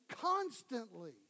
constantly